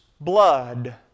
blood